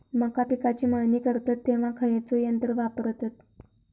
मका पिकाची मळणी करतत तेव्हा खैयचो यंत्र वापरतत?